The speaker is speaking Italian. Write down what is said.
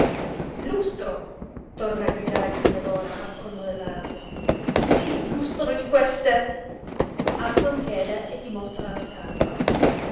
lustro torna a gridare candelora al colmo della rabbia sí lustro di queste alza un piede e gli mostra la scarpa